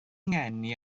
ngeni